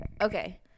Okay